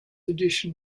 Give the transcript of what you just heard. edition